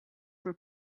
were